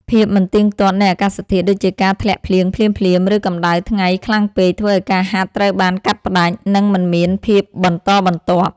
ភាពមិនទៀងទាត់នៃអាកាសធាតុ ដូចជាការធ្លាក់ភ្លៀងភ្លាមៗ ឬកម្ដៅថ្ងៃខ្លាំងពេក ធ្វើឱ្យការហាត់ត្រូវបានកាត់ផ្ដាច់ និងមិនមានភាពបន្តបន្ទាប់។